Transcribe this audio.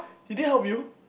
he didn't help you